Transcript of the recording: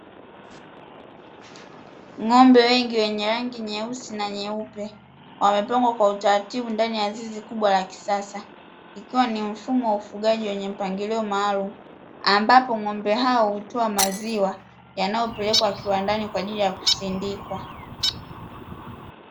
Ng'ombe wengi wenye rangi nyeusi na nyupe wamepangwa kwa utaratibu ndani ya zizi kubwa la kisasa, ikiwa ni mfumo wa ufugaji wenye mpangilio maalumu ambapo ng'ombe hao hutoa maziwa yanayopelekwa kiwandani kwajili ya kusindikwa.